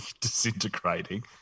disintegrating